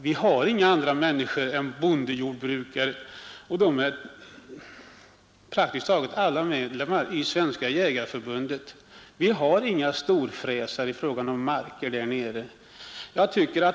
Vi har inga andra människor än bondejordbrukare, och nästan alla är medlemmar av Svenska jägarförbundet. Vi har inga storfräsare i fråga om marker där nere.